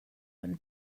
when